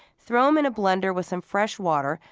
throw them in a blender with some fresh water,